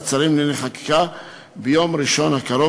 שרים לענייני חקיקה ביום ראשון הקרוב,